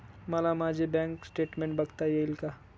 मला माझे bank statement बघता येईल का?